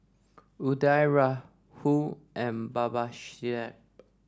Udai Rahul and Babasaheb